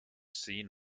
seen